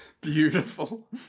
Beautiful